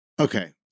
Okay